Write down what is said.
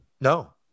No